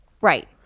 right